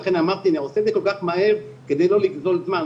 לכן אמרתי שאני אעשה את זה כל כך מהר כדי לא לגזול זמן.